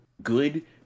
good